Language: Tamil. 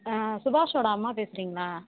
சுபாஷோட அம்மா பேசுகிறீங்களா